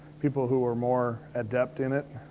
people who are more adept in it.